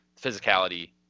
physicality